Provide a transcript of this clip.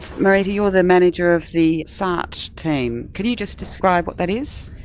marita, you're the manager of the sart team. can you just describe what that is?